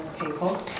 people